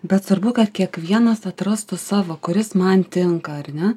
bet svarbu kad kiekvienas atrastų savo kuris man tinka ar ne